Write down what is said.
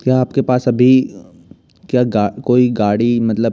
क्या आपके पास अभी क्या कोई गाड़ी मतलब